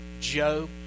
Job